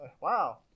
Wow